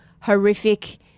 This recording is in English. horrific